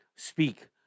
speak